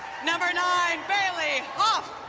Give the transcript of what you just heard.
number nine, bailey hoff.